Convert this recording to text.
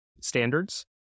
standards